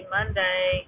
Monday